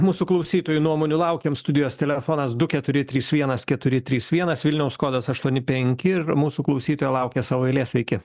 mūsų klausytojų nuomonių laukiam studijos telefonas du keturi trys vienas keturi trys vienas vilniaus kodas aštuoni penki ir mūsų klausytoja laukia savo eilės sveiki